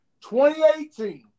2018